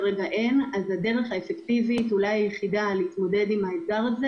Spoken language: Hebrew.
הדרך האפקטיבית היחידה אולי להתמודד עם האתגר הזה